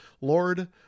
Lord